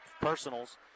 personals